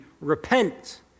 repent